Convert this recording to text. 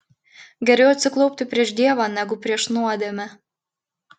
geriau atsiklaupti prieš dievą negu prieš nuodėmę